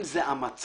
אם זה המצב